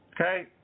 okay